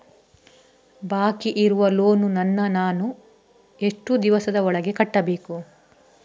ಬಾಕಿ ಇರುವ ಲೋನ್ ನನ್ನ ನಾನು ಎಷ್ಟು ದಿವಸದ ಒಳಗೆ ಕಟ್ಟಬೇಕು?